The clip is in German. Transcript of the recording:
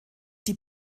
die